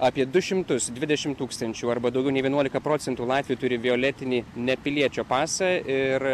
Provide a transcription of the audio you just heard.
apie du šimtus dvidešim tūkstančių arba daugiau nei vienuolika procentų latvių turi violetinį nepiliečio pasą ir